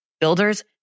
Builders